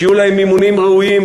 שיהיו להם אימונים ראויים,